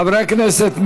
חבריי הכנסת,